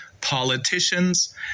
politicians